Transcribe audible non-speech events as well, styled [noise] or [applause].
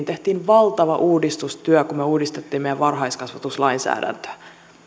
[unintelligible] tehtiin valtava uudistustyö meidän varhaiskasvatuslainsäädäntöämme